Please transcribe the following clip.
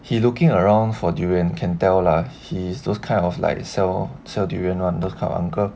he looking around for durian can tell lah he is those kind of like sell sell durian [one] those kind of uncle